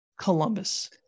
Columbus